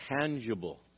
tangible